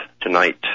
tonight